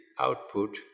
output